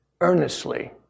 Earnestly